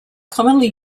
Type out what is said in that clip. commonly